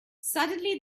suddenly